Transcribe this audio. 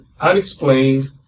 unexplained